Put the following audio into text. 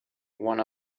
one